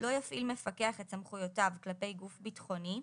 לא יפעיל מפקח את סמכויותיו כלפי גוף ביטחוני,